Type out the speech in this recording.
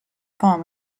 farm